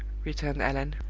returned allan,